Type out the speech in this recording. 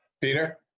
Peter